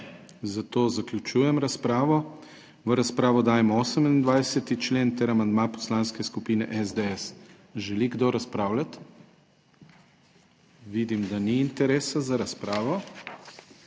zato zaključujem razpravo. V razpravo dajem 28. člen ter amandma Poslanske skupine SDS. Želi kdo razpravljati? (Ne.) Vidim, da ni interesa za razpravo.